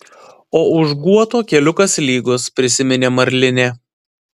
o už guoto keliukas lygus prisiminė marlinė